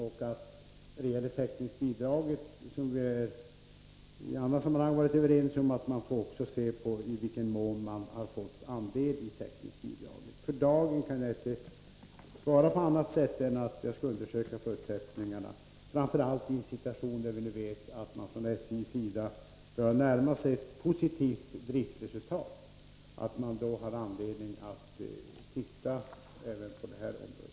Och man får också se på i vilken mån SJ har fått andel i täckningsbidraget — som vi i andra sammanhang varit överens om. För dagen kan jag inte svara på annat sätt än att jag skall undersöka förutsättningarna för detta. Det finns anledning att titta även på dessa frågor, särskilt i en situation då vi vet att SJ börjar närma sig ett positivt driftsresultat.